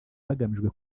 hagamijwe